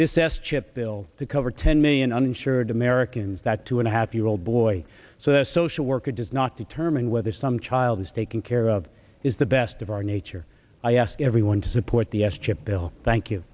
this s chip bill to cover ten million uninsured americans that two and a half year old boy so the social worker does not determine whether some child is taken care of is the best of our nature i ask everyone to support the s chip bill thank you